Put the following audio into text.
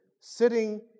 sitting